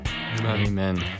Amen